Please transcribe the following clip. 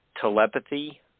telepathy